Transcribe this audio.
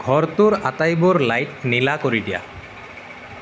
ঘৰটোৰ আটাইবোৰ লাইট নীলা কৰি দিয়া